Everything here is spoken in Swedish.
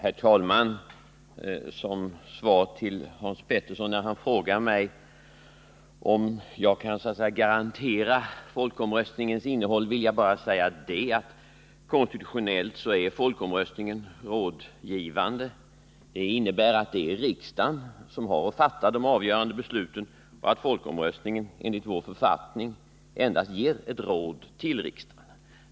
Herr talman! Som svar till Hans Petersson i Hallstahammar, när han frågar mig om jag kan så att säga garantera folkomröstningens innehåll, vill jag bara säga att konstitutionellt är folkomröstningen rådgivande. Det innebär att det är riksdagen som har att fatta de avgörande besluten och att folkomröstningen enligt vår författning endast ger ett råd till riksdagen.